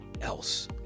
else